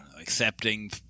accepting